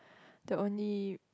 the only